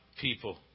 people